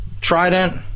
Trident